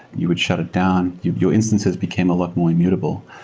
you would shut it down. your your instances became a lot more immutable.